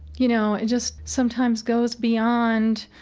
you know, it just sometimes goes beyond